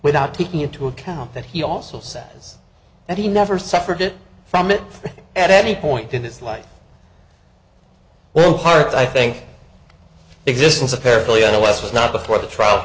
without taking into account that he also says that he never suffered from it at any point in his life well part i think existence apparently in the west was not before the trial